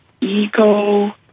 ego